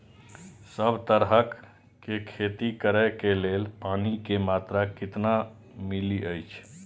सब तरहक के खेती करे के लेल पानी के मात्रा कितना मिली अछि?